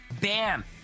bam